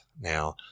Now